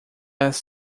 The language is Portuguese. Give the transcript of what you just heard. elas